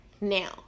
now